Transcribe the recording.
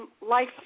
life